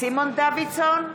סימון דוידסון,